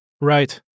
Right